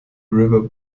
river